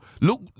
Look